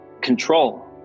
control